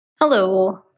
Hello